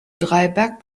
dreiberg